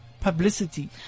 publicity